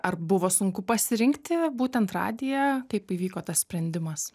ar buvo sunku pasirinkti būtent radiją kaip įvyko tas sprendimas